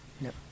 No